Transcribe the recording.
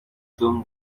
tom